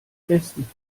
besten